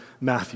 Matthew